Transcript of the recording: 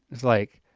it's like,